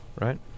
Right